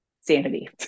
sanity